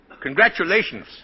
Congratulations